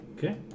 Okay